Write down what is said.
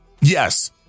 Yes